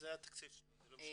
זה התקציב שלו, זה לא משנה.